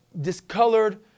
discolored